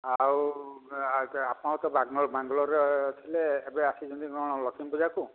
ଆଉ ଆପଣ ତ ବାଙ୍ଗାରୋର ବାଙ୍ଗାଲୋରରେ ଥିଲେ ଏବେ ଆସିଛନ୍ତି କ'ଣ ଲକ୍ଷ୍ମୀ ପୂଜାକୁ